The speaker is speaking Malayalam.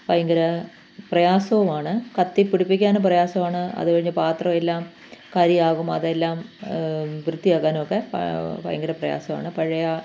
ഭയങ്കര പ്രയാസവുമാണ് കത്തിപ്പിടിപ്പിക്കാൻ പ്രയാസമാണ് അതു കഴിഞ്ഞു പാത്രമെല്ലാം കരിയാകും അതെല്ലാം വൃത്തിയാക്കാനുമൊക്കെ ഭയങ്കര പ്രയാസമാണ് പഴയ